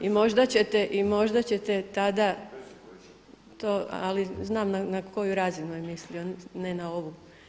I možda ćete tada to …… [[Upadica se ne čuje.]] Ali znam na koju razinu je mislio, ne na ovu.